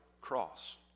cross